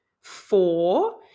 four